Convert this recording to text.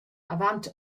avant